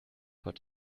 but